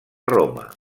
roma